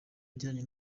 bijyanye